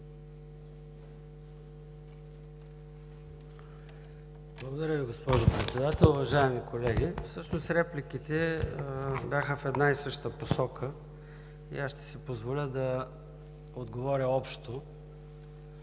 Благодаря Ви, госпожо Председател. Уважаеми колеги, всъщност репликите бяха в една и съща посока. Аз ще си позволя да отговоря общо.